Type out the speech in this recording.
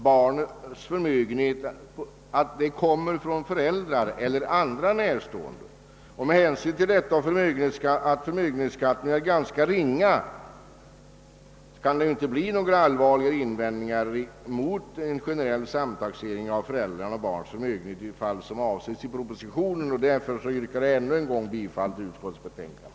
Barnens förmögenhet torde väl oftast härröra från föräldrar eller andra närstående. Med hänsyn härtill och till att förmögenhetsskatten är ganska låg borde det inte kunna göras några allvarliga invändningar mot en generell samtaxering av föräldrars och barns förmögenhet i de fall som avses i propositionen, och därför yrkar jag ännu en gång bifall till utskottets hemställan.